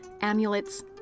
Amulets